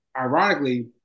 ironically